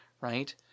right